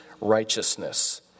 righteousness